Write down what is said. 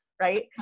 right